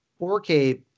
4K